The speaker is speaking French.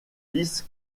fils